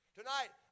tonight